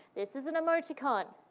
this is an emoticon.